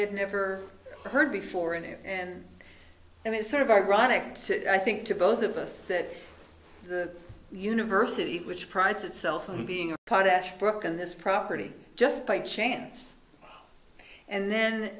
had never heard before in there and it sort of ironic i think to both of us that the university which prides itself on being a part ashbrook on this property just by chance and then